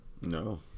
No